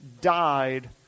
died